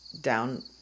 down